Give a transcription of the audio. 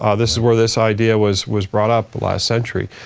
ah this is where this idea was was brought up the last century.